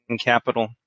Capital